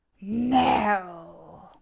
no